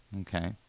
Okay